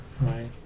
right